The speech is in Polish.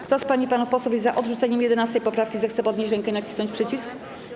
Kto z pań i panów posłów jest za odrzuceniem 11. poprawki, zechce podnieść rękę i nacisnąć przycisk.